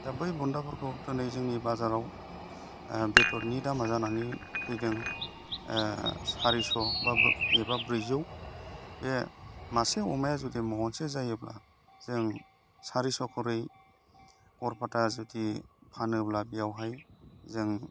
दा बै बुन्दाफोरखौ दिनै जोंनि बाजाराव बेदरनि दामा जानानै फैदों सारिस' एबा ब्रैजौ बे मासे अमाया जुदि महनसे जायोब्ला जों सारिस' खरि गरफाथा जुदि फानोब्ला बेयावहाय जों